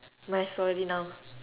my story now